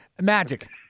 Magic